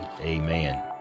Amen